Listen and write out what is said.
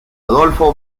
adolfo